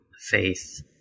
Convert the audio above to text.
faith